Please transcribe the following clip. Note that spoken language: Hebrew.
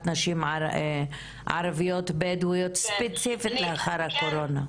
נשים ערביות בדואיות ספציפית לאחר הקורונה?